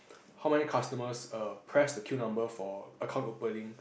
how many customers err press the queue number for account opening